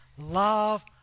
love